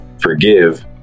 forgive